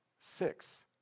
six